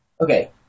okay